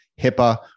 HIPAA